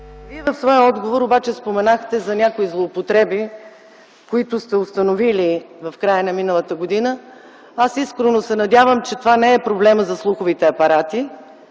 Вие в своя отговор обаче споменахте за някои злоупотреби, които сте установили в края на миналата година. Аз искрено се надявам, че това не е проблемът за слуховите апарати